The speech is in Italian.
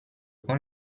con